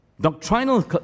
doctrinal